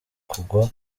kugwa